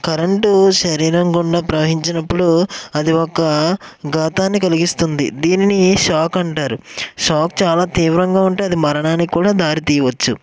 current శరీరం గుండా ప్రవహించినప్పుడు అది ఒక ఘాతాన్ని కలిగిస్తుంది దీనిని షాక్ అంటారు షాక్ చాలా తీవ్రంగా ఉంటే అది మరణానికి కూడా దారి తీయవచ్చు